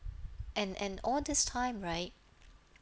and and all this time right